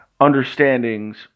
understandings